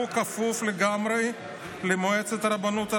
הוא כפוף לגמרי למועצת הרבנות הראשית.